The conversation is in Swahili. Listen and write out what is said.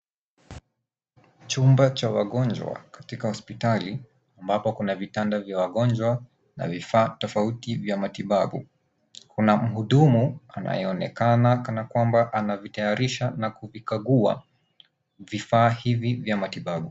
Chumba cha wagonjwa katika hospitali, ambapo kuna vitanda vya wagonjwa na vifaa tofauti vya matibabu. Kuna mhudumu anayeonekana kana kwamba anavitayarisha na kuvikagua vifaa hivi vya matibabu.